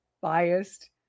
biased